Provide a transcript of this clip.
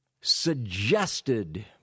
suggested